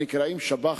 הנקראים שב"חים,